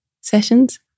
sessions